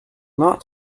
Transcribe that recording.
not